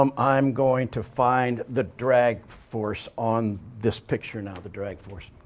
um i am going to find the drag force on this picture now, the drag force.